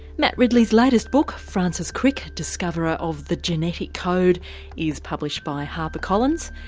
matt ridley's latest book francis crick discoverer of the genetic code is published by harper collins.